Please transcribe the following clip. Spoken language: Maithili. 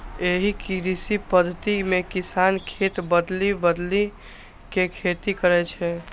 एहि कृषि पद्धति मे किसान खेत बदलि बदलि के खेती करै छै